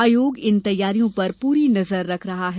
आयोग इन तैयारियों पर पूरी नजर रख रहा है